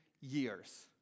years